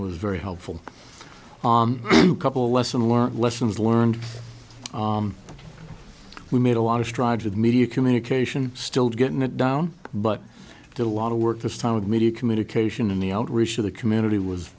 ban was very helpful on a couple lesson learnt lessons learned we made a lot of strides with media communication still getting it down but did a lot of work this time of media communication and the outreach of the community was